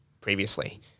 previously